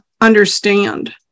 understand